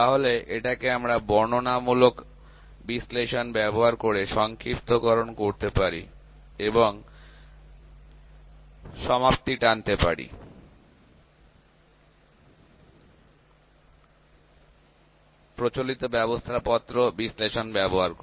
তাহলে এটাকে আমরা বর্ণনামূলক বিশ্লেষণ ব্যবহার করে সংক্ষিপ্তকরণ করতে পারি এবং সমাপ্তি টানতে পারি প্রচলিত ব্যবস্থাপত্র বিশ্লেষণ ব্যবহার করে